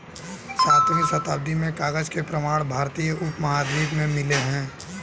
सातवीं शताब्दी में कागज के प्रमाण भारतीय उपमहाद्वीप में मिले हैं